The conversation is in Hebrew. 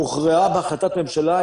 הוכרעה בהחלטת ממשלה,